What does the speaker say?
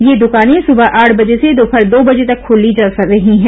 ये दुकाने सुबह आठ बजे से दोपहर दो बजे तक खोली जा रही है